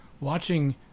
watching